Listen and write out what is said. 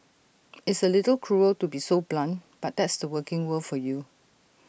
it's A little cruel to be so blunt but that's the working world for you